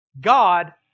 God